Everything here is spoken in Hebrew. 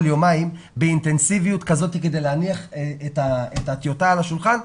יומיים באינטנסיביות כדי להניח את הטיוטה על השולחן,